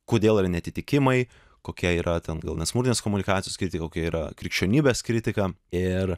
kodėl yra neatitikimai kokia yra ten gal nesmurtinės komunikacijos kiti kokia yra krikščionybės kritika ir